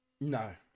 No